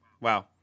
Wow